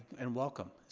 and welcome,